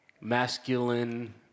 Masculine